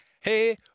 Hey